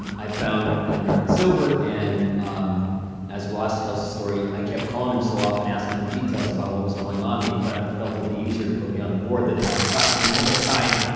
i found pan american silver. and as ross tells the story, i kept calling him so often, asking him details about what was going on, that he finally felt it would be easier to put me on the board than have to talk to me all the time.